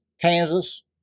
Kansas